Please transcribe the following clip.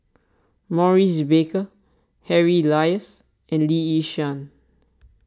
Maurice Baker Harry Elias and Lee Yi Shyan